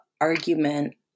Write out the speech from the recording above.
argument